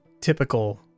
typical